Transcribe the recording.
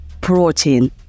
protein